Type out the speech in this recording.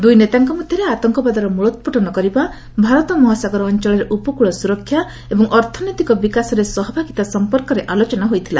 ଦୁଇ ନେତାଙ୍କ ମଧ୍ୟରେ ଆତଙ୍କବାଦର ମୂଳୋତ୍ପାଟନ କରିବା ଭାରତ ମହାସାଗର ଅଞ୍ଚଳରେ ଉପକୂଳ ସୁରକ୍ଷା ଏବଂ ଅର୍ଥନୈତିକ ବିକାଶରେ ସହଭାଗିତା ସମ୍ପର୍କରେ ଆଲୋଚନା ହୋଇଥିଲା